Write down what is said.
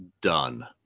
done